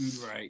Right